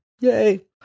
Yay